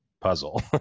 puzzle